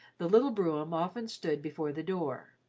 the little brougham often stood before the door.